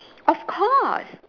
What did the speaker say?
of course